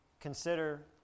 consider